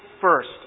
first